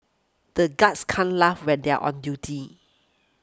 the guards can't laugh when they are on duty